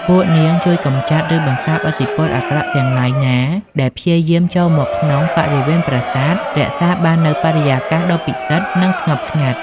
ពួកនាងជួយកម្ចាត់ ឬបន្សាបឥទ្ធិពលអាក្រក់ទាំងឡាយណាដែលព្យាយាមចូលមកក្នុងបរិវេណប្រាសាទ រក្សាបាននូវបរិយាកាសដ៏ពិសិដ្ឋ និងស្ងប់ស្ងាត់។